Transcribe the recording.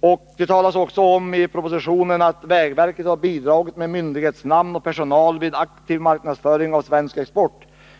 I propositionen talas det också om att vägverket har ”bidragit med myndighetsnamnet och personal vid aktiv marknadsföring av svensk export”.